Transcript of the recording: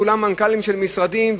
כולם מנכ"לים של משרדים,